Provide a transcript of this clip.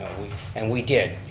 and we did,